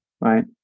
right